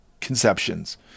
conceptions